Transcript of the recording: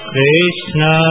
Krishna